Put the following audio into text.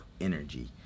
energy